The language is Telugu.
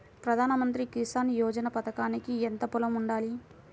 ప్రధాన మంత్రి కిసాన్ యోజన పథకానికి ఎంత పొలం ఉండాలి?